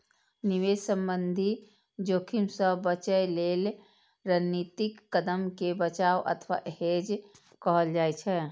निवेश संबंधी जोखिम सं बचय लेल रणनीतिक कदम कें बचाव अथवा हेज कहल जाइ छै